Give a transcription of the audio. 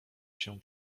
się